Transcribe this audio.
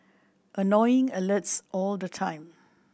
annoying alerts all the time